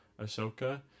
Ahsoka